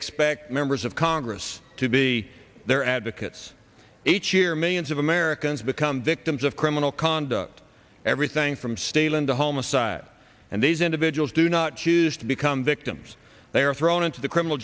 expect members of congress to be their advocates each year millions of americans become victims of criminal conduct everything from stealing to home aside and these individuals do not choose to become victims they are thrown into the criminal